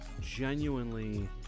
genuinely